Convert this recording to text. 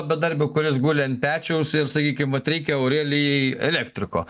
bedarbio kuris guli an pečiaus ir sakykim vat reikia aurelijai elektriko